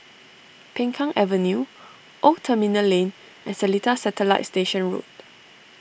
Peng Kang Avenue Old Terminal Lane and Seletar Satellite E Station Road